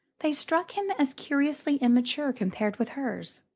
they struck him as curiously immature compared with hers.